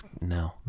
No